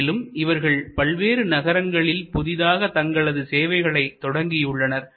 மேலும் இவர்கள் பல்வேறு நகரங்களில் புதிதாக தங்களது சேவைகளை தொடங்கியுள்ளனர்